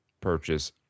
purchase